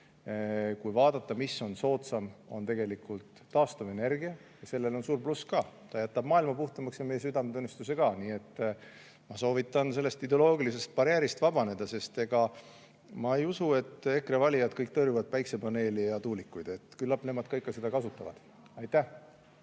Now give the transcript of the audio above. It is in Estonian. Kui vaadata, mis on soodsam, siis see on taastuvenergia. Sellel on suur pluss: ta jätab maailma puhtamaks ja meie südametunnistuse ka. Ma soovitan sellest ideoloogilisest barjäärist vabaneda, sest ma ei usu, et EKRE valijad kõik tõrjuvad päikesepaneele ja tuulikuid. Küllap nemad ka ikka neid kasutavad.